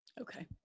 Okay